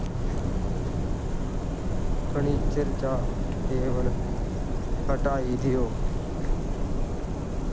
furniture चा table हटाई देओ